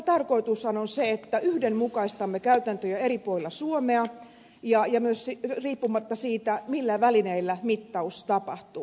tarkoitushan on se että yhdenmukaistamme käytäntöjä eri puolilla suomea ja myös riippumatta siitä millä välineillä mittaus tapahtuu